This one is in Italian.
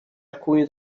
alcuni